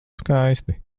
skaisti